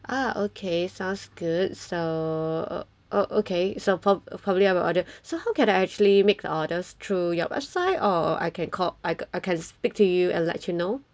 ah okay sounds good so oh okay so prop~ probably I will order so how can I actually make the orders through your website or I can call I can speak to you and let you know